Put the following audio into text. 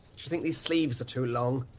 think these sleeves are too long?